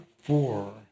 four